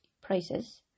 prices